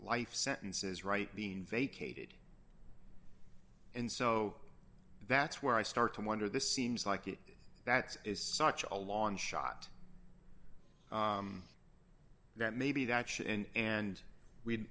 life sentences right being vacated and so that's where i start to wonder this seems like it that is such a long shot that maybe that should end and we